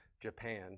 Japan